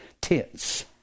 tents